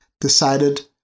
decided